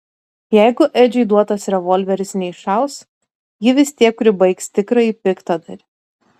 jeigu edžiui duotas revolveris neiššaus ji vis tiek pribaigs tikrąjį piktadarį